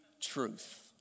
truth